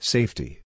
Safety